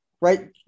right